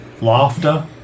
Laughter